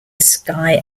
sky